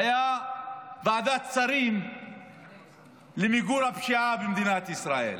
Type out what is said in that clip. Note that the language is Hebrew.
הייתה ועדת שרים למיגור הפשיעה במדינת ישראל.